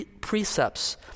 precepts